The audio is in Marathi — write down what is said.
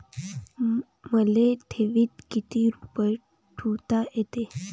मले ठेवीत किती रुपये ठुता येते?